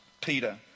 Peter